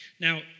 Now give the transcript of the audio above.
Now